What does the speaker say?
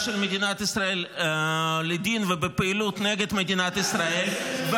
של מדינת ישראל לדין ובפעילות נגד מדינת ישראל.